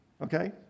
Okay